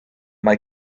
mae